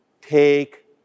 take